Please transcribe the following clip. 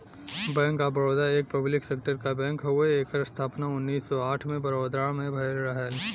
bank of Baroda एक public sector क bank हउवे एकर स्थापना उन्नीस सौ आठ में बड़ोदरा में भयल रहल